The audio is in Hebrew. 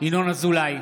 ינון אזולאי,